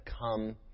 come